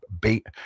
bait